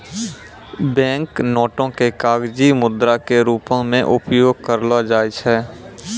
bank नोटो के कागजी मुद्रा के रूपो मे उपयोग करलो जाय छै